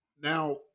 Now